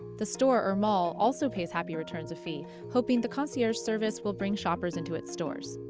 the store or mall also pays happy returns a fee, hoping the concierge service will bring shoppers into its stores.